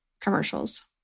commercials